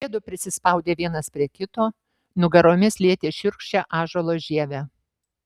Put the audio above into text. jiedu prisispaudė vienas prie kito nugaromis lietė šiurkščią ąžuolo žievę